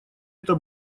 это